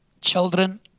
Children